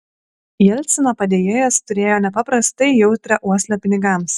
jelcino padėjėjas turėjo nepaprastai jautrią uoslę pinigams